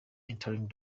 entering